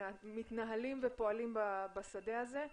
שמתנהלים ופועלים בשדה הזה,